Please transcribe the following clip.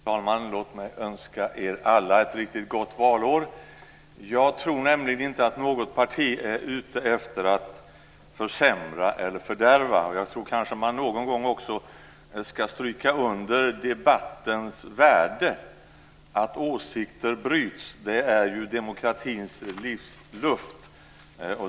Fru talman! Låt mig önska er alla ett riktigt gott valår. Jag tror nämligen inte att något parti är ute efter att försämra eller fördärva. Någon gång ska man kanske också stryka under debattens värde. Att åsikter bryts är ju demokratins livsluft.